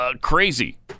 crazy